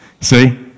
See